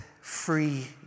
free